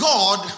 God